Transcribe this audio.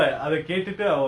mm